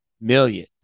million